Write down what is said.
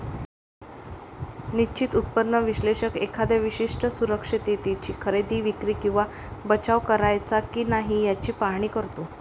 निश्चित उत्पन्न विश्लेषक एखाद्या विशिष्ट सुरक्षिततेची खरेदी, विक्री किंवा बचाव करायचा की नाही याचे पाहणी करतो